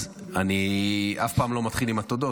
אז אני אף פעם לא מתחיל עם התודות,